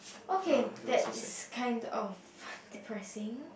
okay that is kind of depressing